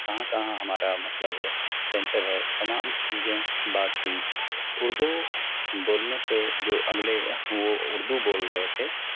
کہاں کہاں ہمارا مطلب سینٹر ہے تمام چیزیں بات ہوئی اردو بولنے سے جو اگلے وہ اردو بول رہے تھے